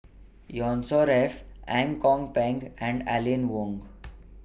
Yusnor Ef Ang Kok Peng and Aline Wong